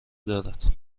دارد